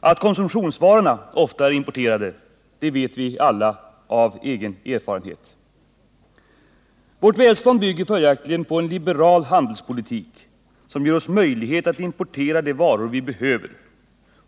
Att konsumtionsvarorna ofta är importerade vet vi alla av egen erfarenhet. Vårt välstånd bygger följaktligen på en liberal handelspolitik, som ger oss möjlighet att importera de varor vi behöver.